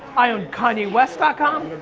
i owned kanyewest ah com,